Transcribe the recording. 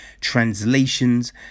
translations